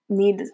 need